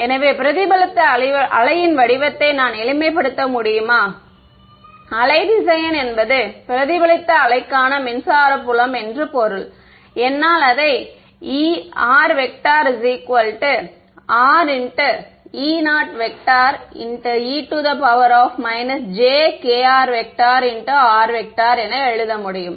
எனவே பிரதிபலித்த வேவ்யின் வடிவத்தை நான் எளிமைப்படுத்த முடியுமா வேவ் வெக்டர் என்பது பிரதிபலித்த வேவ்க்கான மின்சார புலம் என்று பொருள் என்னால் அதை ErRE0e j kr r என எழுத முடியும்